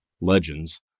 Legends